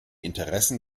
interessen